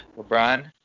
LeBron